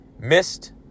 missed